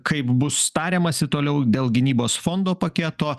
kaip bus tariamasi toliau dėl gynybos fondo paketo